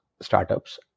startups